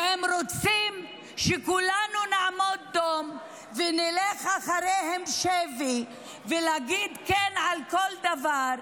והם רוצים שכולנו נעמוד דום ונלך אחריה שבי ולהגיד כן על כל דבר,